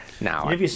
Now